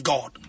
God